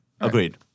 Agreed